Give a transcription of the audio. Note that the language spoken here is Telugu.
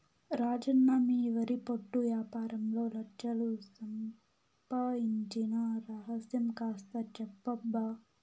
రాజన్న మీ వరి పొట్టు యాపారంలో లచ్ఛలు సంపాయించిన రహస్యం కాస్త చెప్పబ్బా